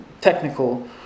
technical